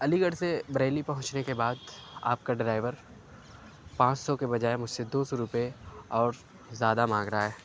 علی گڑھ سے بریلی پہنچنے کے بعد آپ کا ڈرائیور پانچ سو کے بجائے مجھ سے دوسو روپے اور زیادہ مانگ رہا ہے